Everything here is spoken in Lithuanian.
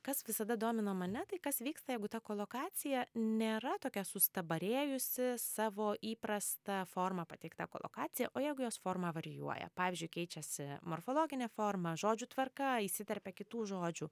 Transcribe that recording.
kas visada domina mane tai kas vyksta jeigu ta kolokacija nėra tokia sustabarėjusi savo įprasta forma pateikta kolokacija o jeigu jos forma varijuoja pavyzdžiui keičiasi morfologinė forma žodžių tvarka įsiterpia kitų žodžių